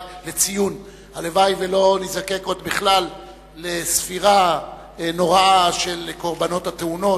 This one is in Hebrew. הלוואי שלא ניזקק עוד בכלל לספירה נוראה של קורבנות התאונות.